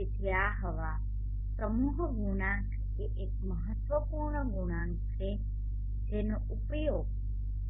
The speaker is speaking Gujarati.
તેથી આ હવા સમૂહ ગુણાંક એ એક મહત્વપૂર્ણ ગુણાંક છે જેનો ઉપયોગ